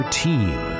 team